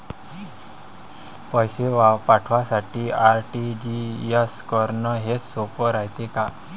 पैसे पाठवासाठी आर.टी.जी.एस करन हेच सोप रायते का?